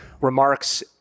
remarks